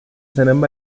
seinem